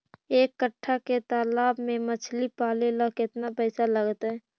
एक कट्ठा के तालाब में मछली पाले ल केतना पैसा लगतै?